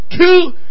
two